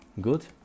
Good